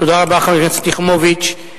תודה לחברת הכנסת יחימוביץ.